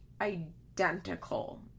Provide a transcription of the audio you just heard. identical